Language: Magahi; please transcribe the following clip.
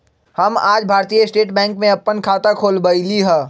हम आज भारतीय स्टेट बैंक में अप्पन खाता खोलबईली ह